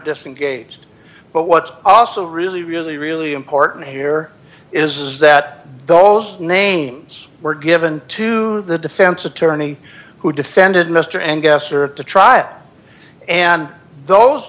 disengaged but what's also really really really important here is that those names were given to the defense attorney who defended mr and gas or at the trial and those